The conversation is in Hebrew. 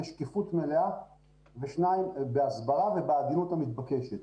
שקיפות מלאה והשני בהסברה ובעדינות המתבקשת.